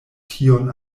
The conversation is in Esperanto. tion